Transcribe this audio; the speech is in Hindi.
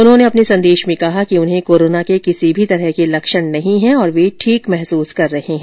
उन्होंने अपने संदेश में कहा कि उन्हें कोरोना के किसी भी तरह के लक्षण नहीं है और वह ठीक महसूस कर रहे है